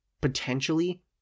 potentially